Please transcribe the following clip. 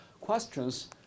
questions